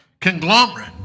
conglomerate